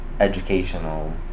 educational